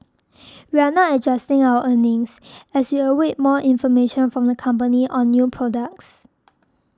we are not adjusting our earnings as we await more information from the company on new products